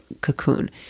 cocoon